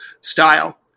style